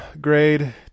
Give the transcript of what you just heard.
Grade